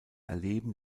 erleben